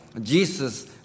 Jesus